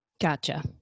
Gotcha